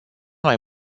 mai